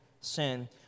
sin